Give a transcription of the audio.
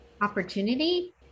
opportunity